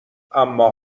اما